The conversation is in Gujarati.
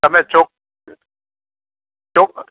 તમે ચોક